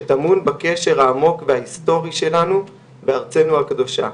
שטמון בקשר העמוק וההיסטורי שלנו בארצנו הקדושה.